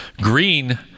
Green